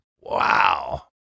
Wow